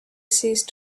ceased